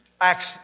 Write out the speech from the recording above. Acts